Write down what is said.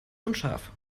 unscharf